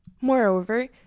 Moreover